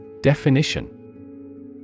Definition